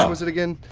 um was it again?